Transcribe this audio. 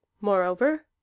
Moreover